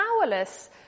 powerless